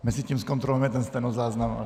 Mezitím zkontrolujeme ten stenozáznam.